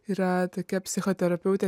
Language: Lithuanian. yra tokia psichoterapeutė